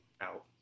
out